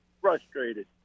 frustrated